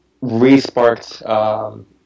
re-sparked